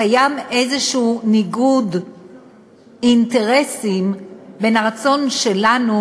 קיים איזה ניגוד אינטרסים בין הרצון שלנו,